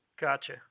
Gotcha